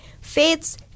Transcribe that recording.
faiths